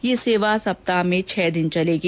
यह सेवा सप्ताह में छह दिन चलेगी